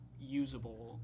usable